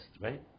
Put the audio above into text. right